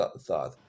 thought